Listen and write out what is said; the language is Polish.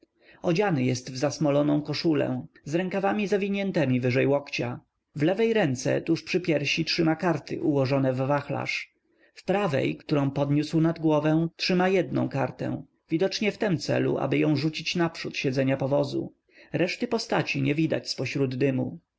odziany jest w zasmoloną koszulę z rękawami zawiniętemi wyżej łokcia w lewej ręce tuż przy piersi trzyma karty ułożone w wachlarz w prawej którą podniósł nad głowę trzyma jednę kartę widocznie w tym celu aby ją rzucić na przód siedzenia powozu reszty postaci nie widać z pośród dymu